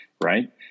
right